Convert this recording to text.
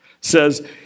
says